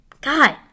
God